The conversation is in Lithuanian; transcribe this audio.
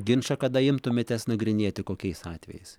ginčą kada imtumėtės nagrinėti kokiais atvejais